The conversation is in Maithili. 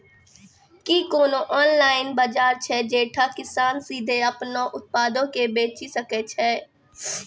कि कोनो ऑनलाइन बजार छै जैठां किसान सीधे अपनो उत्पादो के बेची सकै छै?